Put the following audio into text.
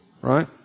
Right